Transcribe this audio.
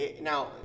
now